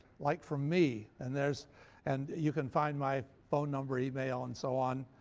like from me, and there's and you can find my phone number, email and so on,